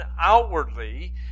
outwardly